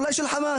אולי של חמאס.